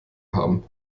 haben